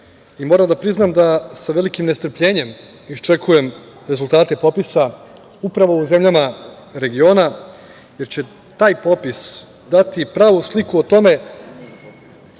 i moram da priznam da sa velikim nestrpljenjem iščekujem rezultate popisa upravo u zemljama regiona, jer će taj popis dati pravu sliku o tome